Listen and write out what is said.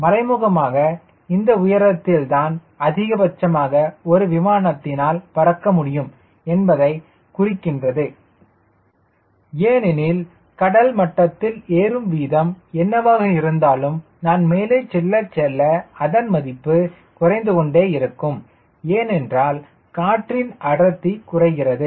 மறைமுகமாக இந்த உயரத்தில் தான் அதிகபட்சமாக ஒரு விமானத்தால் பறக்க முடியும் என்பதை குறிக்கிறது ஏனெனில் கடல் மட்டத்தில் ஏறும் வீதம் என்னவாக இருந்தாலும் நான் மேலே செல்ல செல்ல அதன் மதிப்பு குறைந்து கொண்டே இருக்கும் ஏனென்றால் காற்றின் அடர்த்தி குறைகிறது